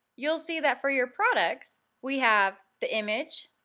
you'll see that for your products we have the image,